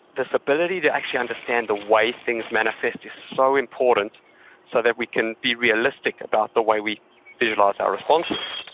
this ability to actually understand the way things manifest is so important so that we can be realistic about the way we visualize our responses.